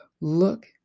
Look